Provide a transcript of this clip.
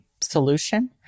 solution